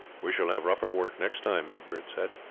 we shall have rougher work next time, egbert said.